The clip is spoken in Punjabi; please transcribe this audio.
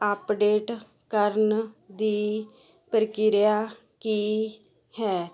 ਅਪਡੇਟ ਕਰਨ ਦੀ ਪ੍ਰਕਿਰਿਆ ਕੀ ਹੈ